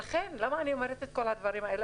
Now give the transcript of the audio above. למה אני אומרת את כל הדברים האלה?